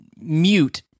Mute